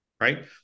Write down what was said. right